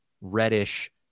reddish